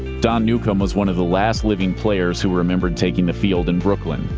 don newcombe was one of the last living players who remembered taking the field in brooklyn.